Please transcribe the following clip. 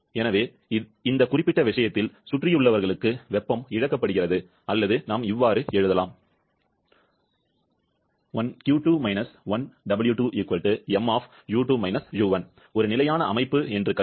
எனவே இந்த குறிப்பிட்ட விஷயத்தில் சுற்றியுள்ளவர்களுக்கு வெப்பம் இழக்கப்படுகிறது அல்லது நாம் எழுதலாம் 1Q2 − 1W2 m u2 − u1 ஒரு நிலையான அமைப்பு என்று கருதி